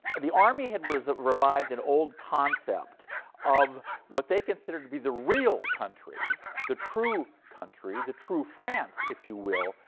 the army had revived revived an old concept of what they considered to be the real country, the true country, the true france, if you will,